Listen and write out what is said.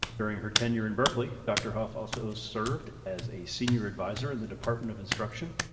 during her tenure in berkeley, dr. hough also served as a senior advisor in the department of instruction,